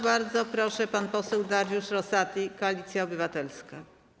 Bardzo proszę, pan poseł Dariusz Rosati, Koalicja Obywatelska.